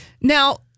Now